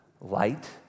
light